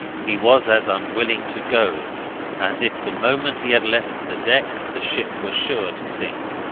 he was as unwilling to go as if the moment he had left the deck the ship were sure to sink.